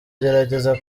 gerageza